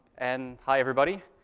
and, hi, everybody.